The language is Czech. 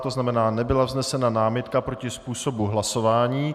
To znamená, nebyla vznesena námitka proti způsobu hlasování.